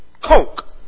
Coke